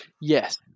Yes